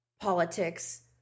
politics